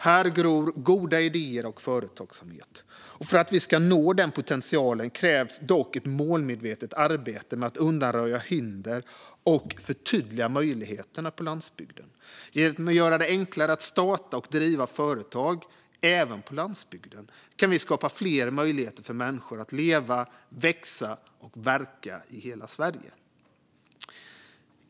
Här gror goda idéer och företagsamhet. För att vi ska nå den potentialen krävs dock ett målmedvetet arbete med att undanröja hinder och förtydliga möjligheterna på landsbygden. Genom att göra det enklare att starta och driva företag, även på landsbygden, kan vi skapa fler möjligheter för människor att leva, växa och verka i hela Sverige.